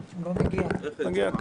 לא בעודף.